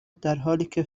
درحالیکه